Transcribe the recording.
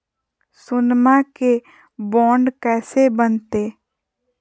सोनमा के बॉन्ड कैसे बनते?